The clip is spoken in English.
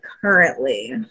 currently